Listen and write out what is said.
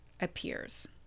appears